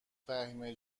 فهیمه